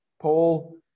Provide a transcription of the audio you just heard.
Paul